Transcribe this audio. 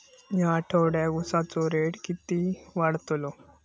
या आठवड्याक उसाचो रेट किती वाढतलो?